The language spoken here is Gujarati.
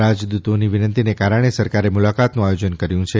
રાજદૂતોની વિનંતીને કારણે સરકારે મુલાકાતનું આયોજન કર્યું છે